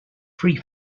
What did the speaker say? free